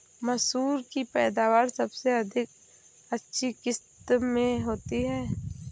मसूर की पैदावार सबसे अधिक किस किश्त में होती है?